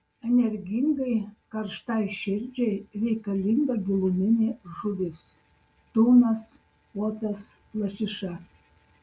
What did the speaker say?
energingai karštai širdžiai reikalinga giluminė žuvis tunas uotas lašiša